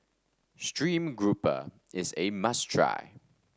stream grouper is a must try